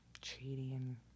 Cheating